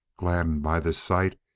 gladdened by this sight,